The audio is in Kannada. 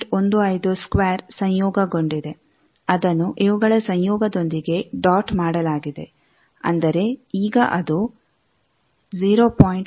15 ಸ್ಕ್ವೇರ್ ಸಂಯೋಗಗೊಂಡಿದೆ ಅದನ್ನು ಇವುಗಳ ಸಂಯೋಗದೊಂದಿಗೆ ಡೊಟ್ ಮಾಡಲಾಗಿದೆ ಅಂದರೆ ಈಗ ಅದು |0